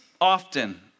often